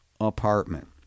apartment